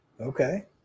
okay